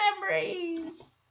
memories